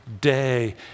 day